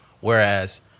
Whereas